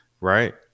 right